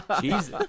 Jesus